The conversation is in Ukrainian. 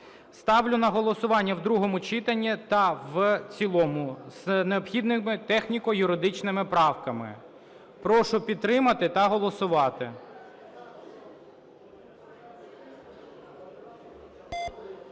Ставлю на голосування в другому читанні та в цілому з необхідними техніко-юридичними правками. Прошу підтримати та голосувати.